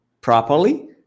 properly